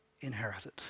inherited